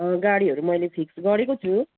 अँ गाडीहरू मैले फिक्स गरेको छु